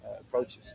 approaches